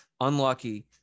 unlucky